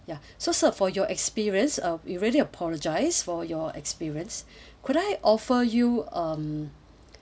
ya so sir for your experience uh we really apologise for your experience could I offer you um